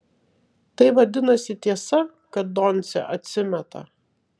tai vadinasi tiesa kad doncė atsimeta